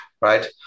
right